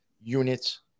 units